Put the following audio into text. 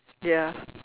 ya